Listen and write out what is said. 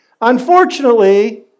Unfortunately